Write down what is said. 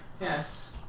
Yes